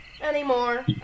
anymore